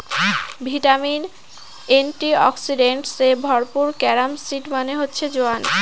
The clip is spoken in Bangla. ভিটামিন, এন্টিঅক্সিডেন্টস এ ভরপুর ক্যারম সিড মানে হচ্ছে জোয়ান